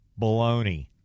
Baloney